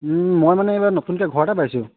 মই মানে এইবাৰ নতুনকৈ ঘৰ এটা পাইছোঁ